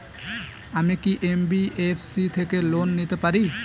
আমি কি এন.বি.এফ.সি থেকে লোন নিতে পারি?